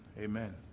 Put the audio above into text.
Amen